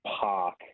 Park